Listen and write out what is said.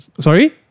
sorry